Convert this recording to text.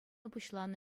пуҫланӑ